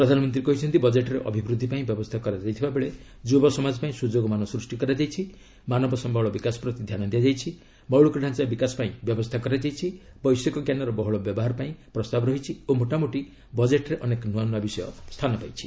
ପ୍ରଧାନମନ୍ତ୍ରୀ କହିଛନ୍ତି ବଜେଟ୍ରେ ଅଭିବୃଦ୍ଧିପାଇଁ ବ୍ୟବସ୍ଥା କରାଯାଇଥିବାବେଳେ ଯୁବସମାଜ ପାଇଁ ସୁଯୋଗମାନ ସୃଷ୍ଟି କରାଯାଇଛି ମାନବ ସମ୍ବଳ ବିକାଶ ପ୍ରତି ଧ୍ୟାନ ଦିଆଯାଇଛି ମୌଳିକଢାଞ୍ଚା ବିକାଶ ପାଇଁ ବ୍ୟବସ୍ଥା କରାଯାଇଛି ବୈଷୟିକ ଜ୍ଞାନର ବହୁଳ ବ୍ୟବହାର ପାଇଁ ପ୍ରସ୍ତାବ ରହିଛି ଓ ମୋଟାମୋଟି ବଜେଟ୍ରେ ଅନେକ ନୂଆ ନୂଆ ବିଷୟ ସ୍ଥାନ ପାଇଛି